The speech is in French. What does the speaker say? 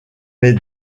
mes